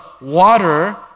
water